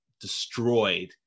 destroyed